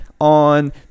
on